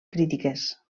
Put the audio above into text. crítiques